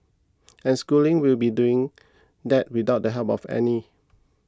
and schooling will be doing that without the help of any